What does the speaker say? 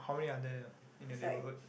how many are there in your neighbourhood